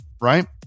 right